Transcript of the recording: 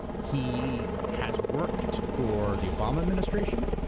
he has worked for the obama administration,